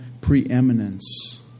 preeminence